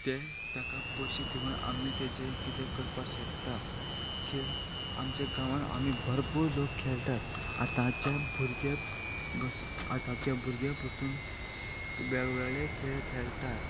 ते ताका पयशे दिवन आमी तेजे कितें करपाक शकता खेळ आमच्या गांवान आमी भरपूर लोक खेळटात आतांच्या भुरग्या आतांच्या भुरग्या पासून वेगवेगळे खेळ खेळटात